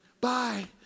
bye